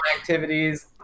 activities